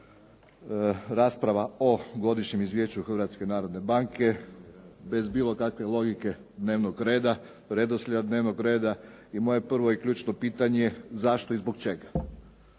rasprava o Godišnjem izvješću Hrvatske narodne banke bez bilo kakve logike dnevnog reda, redoslijed dnevnog reda i moje prvo i ključno pitanje zašto i zbog čega?